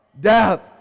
Death